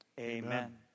Amen